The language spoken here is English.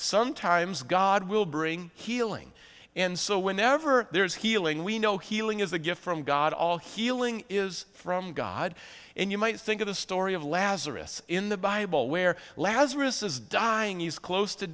sometimes god will bring healing and so whenever there is healing we know healing is a gift from god all healing is from god and you might think of the story of lazarus in the bible where last risk is dying is close to